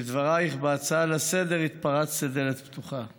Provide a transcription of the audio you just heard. בדברייך בהצעה לסדר-היום התפרצת לדלת פתוחה,